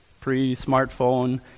pre-smartphone